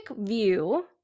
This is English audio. view